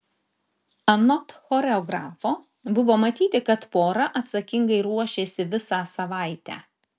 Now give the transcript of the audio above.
anot choreografo buvo matyti kad pora atsakingai ruošėsi visą savaitę